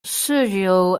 sergio